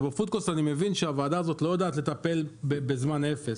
ובעלות האוכל אני מבין שהוועדה הזאת לא יודעת לטפל בזמן אפס,